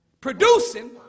Producing